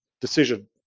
decision